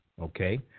Okay